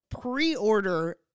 pre-order